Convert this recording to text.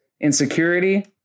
insecurity